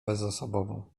bezosobową